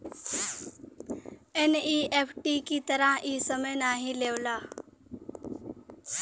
NEFT की तरह इ समय नाहीं लेवला